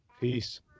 Peace